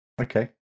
Okay